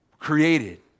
created